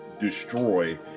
destroy